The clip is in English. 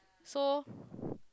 so